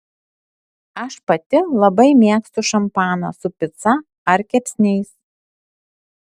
aš pati labai mėgstu šampaną su pica ar kepsniais